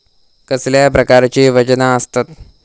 कसल्या प्रकारची वजना आसतत?